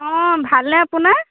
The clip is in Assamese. অঁ ভালনে আপোনাৰ